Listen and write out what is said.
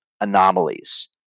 anomalies